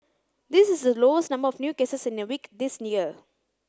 this is the lowest number of new cases in a week this year